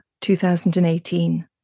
2018